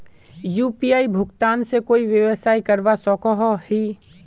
UPI भुगतान से कोई व्यवसाय करवा सकोहो ही?